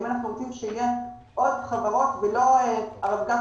האם אנחנו רוצים שיהיו עוד חברות ולא --- שצריכים